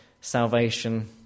salvation